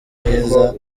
mwiza